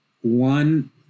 one